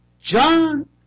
John